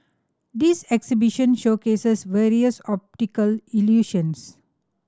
this exhibition showcases various optical illusions